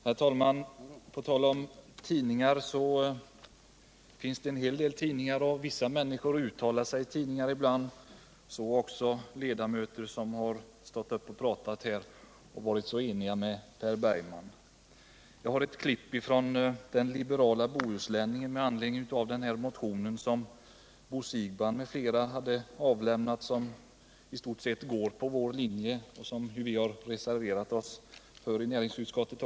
Herr talman! På tal om tidningar vill jag säga att en del människor uttalar sig i tidningar ibland — också ledamöter som har stått upp och talat här och varit så eniga med Per Bergman. Jag har ett klipp från den liberala Bohusläningen med anledning av den motion som Bo Siegbahn m.fl. har väckt, som i stort sett går på vår linje och som vi har reserverat oss för i näringsutskottet.